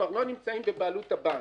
כבר לא נמצאים בבעלות הבנק.